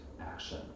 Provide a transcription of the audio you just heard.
action